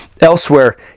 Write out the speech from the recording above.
Elsewhere